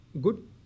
good